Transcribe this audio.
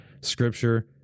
scripture